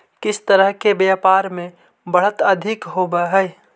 किस तरह के व्यापार में बढ़त अधिक होवअ हई